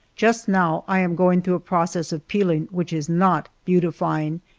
just now i am going through a process of peeling which is not beautifying,